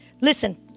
Listen